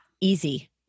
easy